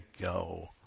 go